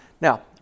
Now